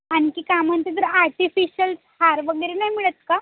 आणखी का म्हणते तर आर्टिफिशल हार वगैरे नाही मिळत का